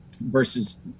versus